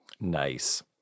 Nice